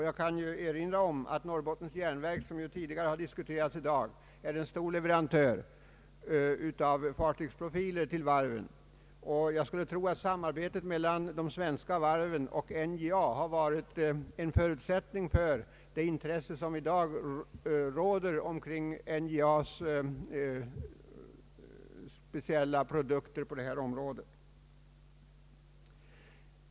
Jag kan erinra om att t.ex. Norrbottens Järnverk, som tidigare har diskuterats i dag, är en stor leverantör av fartygsprofiler till varven. Jag skulle tro att samarbetet mellan de svenska varven och NJA har varit en förutsättning för det intresse som i dag finns kring NJA:s speciella produkter på detta område.